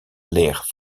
leeg